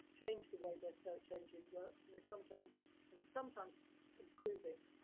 change the way their search engine works, and they sometimes and sometimes improve it.